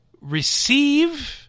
receive